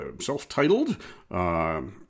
self-titled